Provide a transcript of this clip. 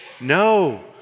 No